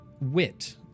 wit